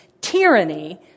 tyranny